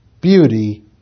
beauty